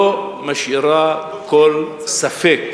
לא משאירה כל ספק